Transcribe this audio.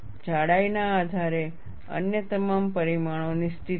જાડાઈ ના આધારે અન્ય તમામ પરિમાણો નિશ્ચિત છે